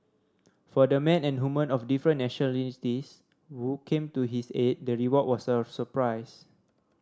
for the men and women of different nationalities who came to his aid the reward was a surprise